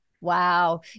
wow